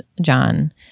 John